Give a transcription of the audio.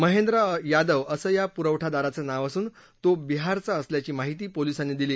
महेंद्र यादव असं या पुरवठादारांचं नाव असून तो बिहारचा असल्याची माहिती पोलिसांनी दिली